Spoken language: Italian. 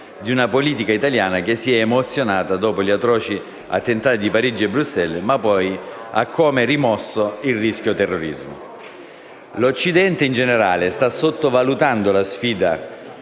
di una politica italiana che si è emozionata dopo gli atroci attentati di Parigi e Bruxelles, ma poi ha come rimosso il rischio terrorismo. L'Occidente in generale sta sottovalutando la sfida.